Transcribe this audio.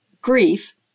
grief